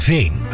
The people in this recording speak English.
Veen